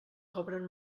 cobren